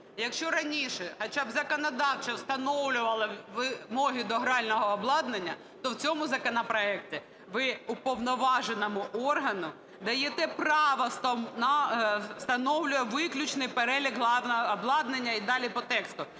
Якщо раніше хоча б законодавчо встановлювали вимоги до грального обладнання, то в цьому законопроекті ви уповноваженому органу даєте право встановлювати "виключний перелік грального обладнання" і далі по тексту.